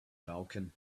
falcon